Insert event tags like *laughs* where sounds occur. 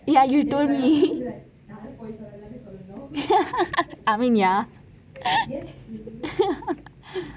ya you definitely *laughs* I mean ya